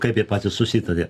kaip jie patys susitarė